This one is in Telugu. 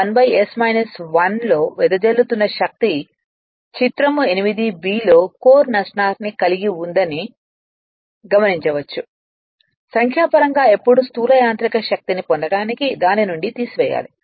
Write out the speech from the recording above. R2 ' 1 s 1 లో వెదజల్లుతున్న శక్తిచిత్రం 8b లో కోర్ నష్టాన్ని కలిగి ఉందని గమనించవచ్చు సంఖ్యాపరంగా ఎప్పుడు స్థూల యాంత్రిక శక్తిని పొందటానికి దాని నుండి తీసివేయాలి